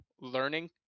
learning